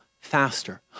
faster